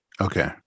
Okay